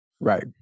Right